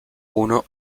uno